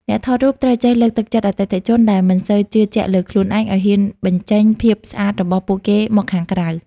អ្នកថតរូបត្រូវចេះលើកទឹកចិត្តអតិថិជនដែលមិនសូវជឿជាក់លើខ្លួនឯង ឱ្យហ៊ានបញ្ចេញភាពស្អាតរបស់ពួកគេមកខាងក្រៅ។